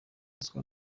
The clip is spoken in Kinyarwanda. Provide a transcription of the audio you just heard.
ruswa